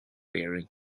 bearing